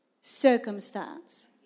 circumstance